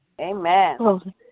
Amen